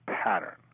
pattern